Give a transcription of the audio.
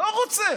לא רוצה.